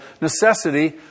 necessity